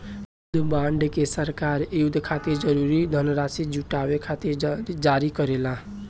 युद्ध बॉन्ड के सरकार युद्ध खातिर जरूरी धनराशि जुटावे खातिर जारी करेला